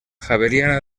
javeriana